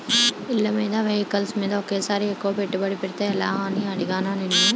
ఇళ్ళమీద, వెహికల్స్ మీద ఒకేసారి ఎక్కువ పెట్టుబడి పెడితే ఎలా అని అడిగానా నిన్ను